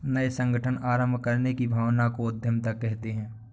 नये संगठन आरम्भ करने की भावना को उद्यमिता कहते है